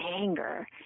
anger